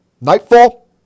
nightfall